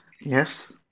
yes